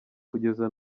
kugeza